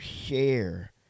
share